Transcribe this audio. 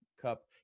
cup